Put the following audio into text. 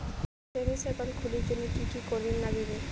Savings account খুলির জন্যে কি কি করির নাগিবে?